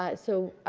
but so,